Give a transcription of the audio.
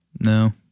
No